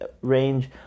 range